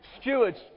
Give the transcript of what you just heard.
Stewards